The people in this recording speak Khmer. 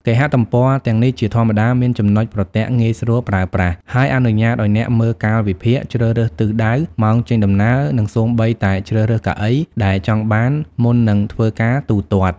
គេហទំព័រទាំងនេះជាធម្មតាមានចំណុចប្រទាក់ងាយស្រួលប្រើប្រាស់ ហើយអនុញ្ញាតឱ្យអ្នកមើលកាលវិភាគ ជ្រើសរើសទិសដៅ ម៉ោងចេញដំណើរ និងសូម្បីតែ ជ្រើសរើសកៅអីដែលចង់បាន មុននឹងធ្វើការទូទាត់។